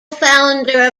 founder